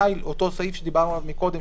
היא לאותו סעיף שדיברנו עליו קודם,